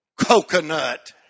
coconut